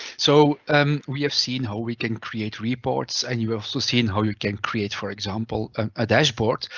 so um we have seen how we can create reports and you have also seen how you can create, for example, a dashboard.